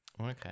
Okay